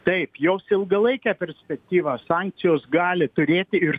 taip jos ilgalaikę perspektyvą sankcijos gali turėti ir